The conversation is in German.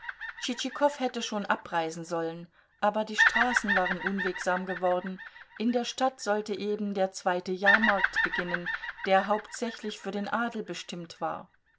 tschitschikow hätte schon abreisen sollen aber die straßen waren unwegsam geworden in der stadt sollte eben der zweite jahrmarkt beginnen der hauptsächlich für den adel bestimmt war